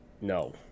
No